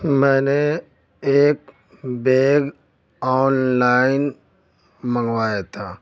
میں نے ایک بیگ آنلائن منگوایا تھا